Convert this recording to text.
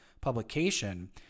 publication